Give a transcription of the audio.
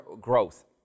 growth